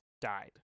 died